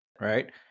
right